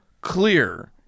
clear